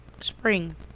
spring